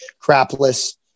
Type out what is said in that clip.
crapless